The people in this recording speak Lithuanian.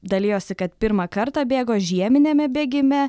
dalijosi kad pirmą kartą bėgo žieminiame bėgime